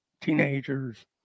teenagers